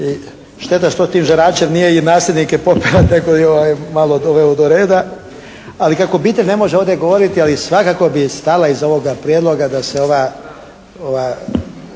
se ne razumije./ … nije i nasljednike malo doveo do reda. Ali kako obitelj ne može ovdje govoriti ali svakako bi stala iza ovoga prijedloga da se ova